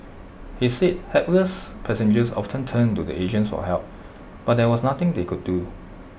he said hapless passengers often turned to the agents for help but there was nothing they could do